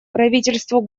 правительству